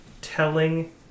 telling